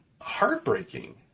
heartbreaking